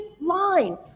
line